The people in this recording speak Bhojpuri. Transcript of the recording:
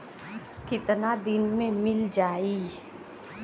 कितना दिन में मील जाई?